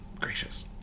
gracious